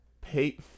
pay